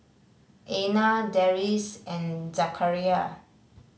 Aina Deris and Zakaria